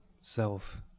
self